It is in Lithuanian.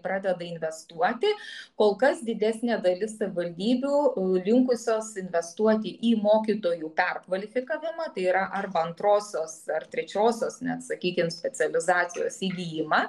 pradeda investuoti kol kas didesnė dalis savivaldybių linkusios investuoti į mokytojų perkvalifikavimą tai yra arba antrosios ar trečiosios net sakykim specializacijos įgijimą